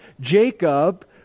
Jacob